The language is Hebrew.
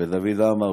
ודוד עמר,